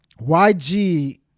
YG